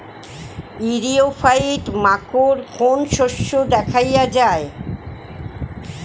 ইরিও ফাইট মাকোর কোন শস্য দেখাইয়া যায়?